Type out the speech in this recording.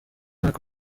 mwaka